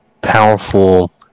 powerful